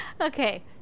okay